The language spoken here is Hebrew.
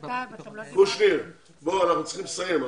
בבקשה.